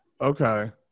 Okay